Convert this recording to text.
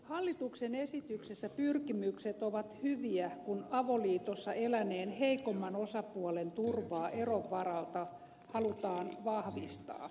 hallituksen esityksessä pyrkimykset ovat hyviä kun avoliitossa eläneen heikomman osapuolen turvaa eron varalta halutaan vahvistaa